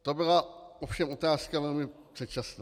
To byla ovšem otázka velmi předčasná.